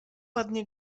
ładnie